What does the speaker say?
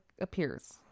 appears